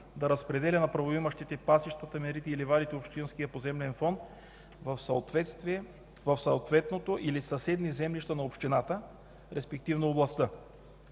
да разпределя на правоимащите пасищата, мерите и ливадите в общинския поземлен фонд в съответното или съседни землища на общината, респективно – областта.